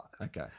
Okay